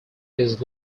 his